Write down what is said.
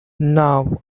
now